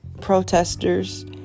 protesters